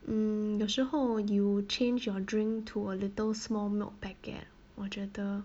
mm 有时候 you change your drink to a little small milk packet 我觉得